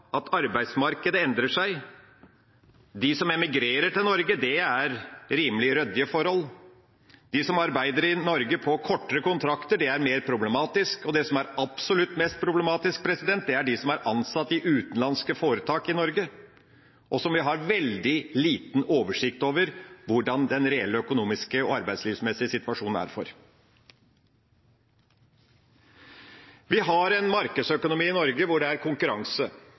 at arbeidsmarkedet endrer seg. De som emigrerer til Norge, har rimelig ryddige forhold, de som arbeider i Norge på kortere kontrakter, har det mer problematisk, og de som har det absolutt mest problematisk, er de som er ansatt i utenlandske foretak i Norge, og hvor vi har veldig liten oversikt over hvordan den reelle økonomiske og arbeidslivsmessige situasjonen er. Vi har en markedsøkonomi i Norge hvor det er konkurranse. Jeg har sagt det tidligere i debatt med statsråden, en reell konkurranse